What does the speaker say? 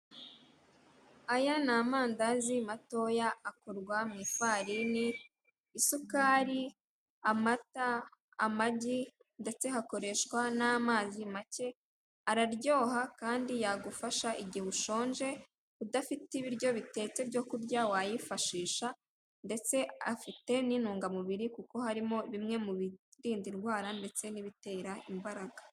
Aya ni amandazi matoya akorwa mu ifararini, isukari amata, amagi ndetse hakoreshwa n'amazi make, araryoha kandi yagufasha igihe ushonje, udafite ibiryo bitetse byo kurya wayifashisha ndetse etse afite n'intungamubiri kuko harimo bimwe mu birinda indwara ndetse nibitera imbaraga.